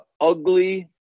ugly